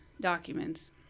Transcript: documents